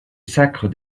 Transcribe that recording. sacre